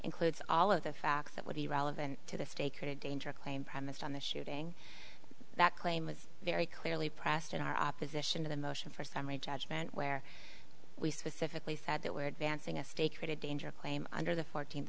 includes all of the facts that would be relevant to the state could a danger claim premised on the shooting that claim was very clearly pressed in our opposition to the motion for summary judgment where we specifically said that we're advancing a stake or a danger claim under the fourteenth